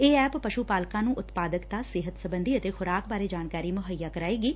ਇਹ ਐਪ ਪਸ੍ਸ ਪਾਲਕਾ ਨੂੰ ਉਤਪਾਦਕਤਾ ਸਿਹਤ ਸਬੰਧੀ ਅਤੇ ਖੁਰਾਕ ਬਾਰੇ ਜਾਣਕਾਰੀ ਮੁੱਹਈਆ ਕਰੇਗੀ